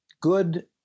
good